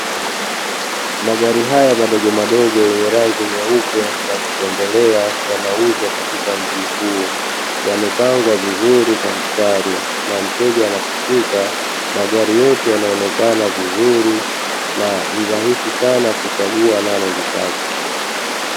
Magari haya madogo madogo yenye rangi nyeupe ya kutembelea yanauzwa katika mji huu, yamepangwa vizuri kwa mstari na mteja anapofika magari yote yanaonekana vizuri na ni rahisi sana kuchagua analolitaka.